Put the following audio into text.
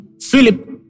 Philip